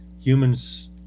humans